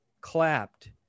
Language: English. clapped